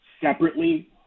separately